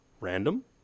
random